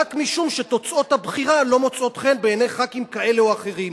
רק משום שתוצאות הבחירה לא מוצאות חן בעיני חברי כנסת כאלה או אחרים.